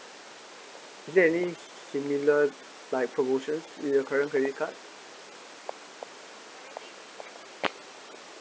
is there any similar like promotions with your current credit card